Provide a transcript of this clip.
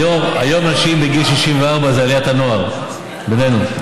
היום נשים בגיל 64 זה עליית הנוער, בינינו.